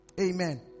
Amen